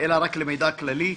רק למידע כללי.